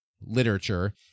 literature